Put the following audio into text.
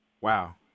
Wow